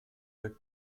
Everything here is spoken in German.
der